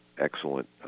excellent